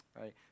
Right